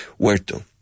Huerto